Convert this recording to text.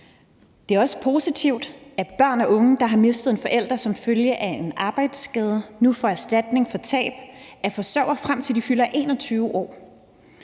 Det er også positivt, at børn og unge, der har mistet en forælder som følge af en arbejdsskade, nu får erstatning for tab af forsørger, frem til de fylder 21 år.